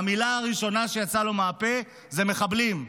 והמילה הראשונה שיצאה לו מהפה זה מחבלים.